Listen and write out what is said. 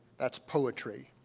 that's poetry.